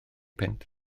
punt